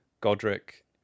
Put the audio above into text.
Godric